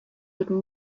would